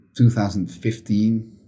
2015